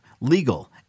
legal